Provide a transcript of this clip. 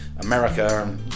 America